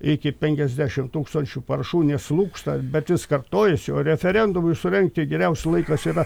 iki penkiasdešim tūkstančių parašų neslūgsta bet jis kartojasi o referendumui surengti geriausias laikas yra